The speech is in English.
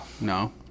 No